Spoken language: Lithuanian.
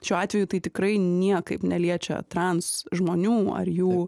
šiuo atveju tai tikrai niekaip neliečia transžmonių ar jų